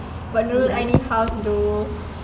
but nurul aini house though